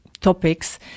topics